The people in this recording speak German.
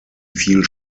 fiel